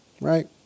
right